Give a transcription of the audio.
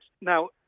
Now